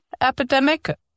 epidemic